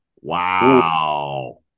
Wow